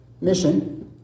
mission